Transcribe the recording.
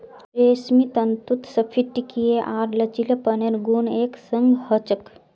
रेशमी तंतुत स्फटिकीय आर लचीलेपनेर गुण एक संग ह छेक